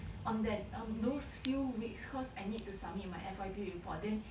on that on those few weeks cause I need to submit my F_Y_P report then